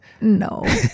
No